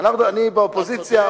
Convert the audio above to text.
אני באופוזיציה,